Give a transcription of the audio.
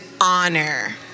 honor